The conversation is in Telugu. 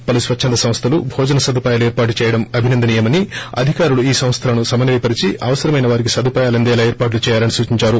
పలు స్వచ్చంద సంస్థలు భోజన సదుపాయాలు ఏర్పాటు చేయడం అభినందనీయమని అధికారులు ఈ సంస్థలను సమన్వయపరచి అవసరమైన వారికి సదుపాయాలు అందేలా ఏర్పాట్లు చేయాలని సూచిందారు